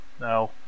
No